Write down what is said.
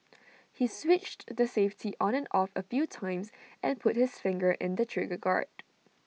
he switched the safety on and off A few times and put his finger in the trigger guard